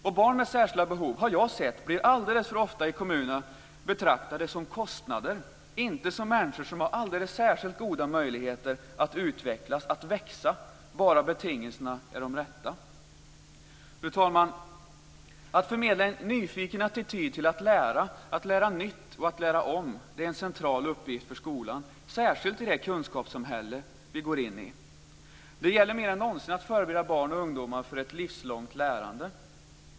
Jag har alldeles för ofta i kommunerna sett att barn med särskilda behov blir betraktade som kostnader, inte som människor som har alldeles särskilt goda möjligheter att utvecklas och växa om bara betingelserna är de rätta. Fru talman! Att förmedla en nyfiken attityd till att lära, lära nytt och lära om är en central uppgift för skolan, särskilt i det kunskapssamhälle som vi går in i. Det gäller mer än någonsin att förbereda barn och ungdomar för ett livslångt lärande.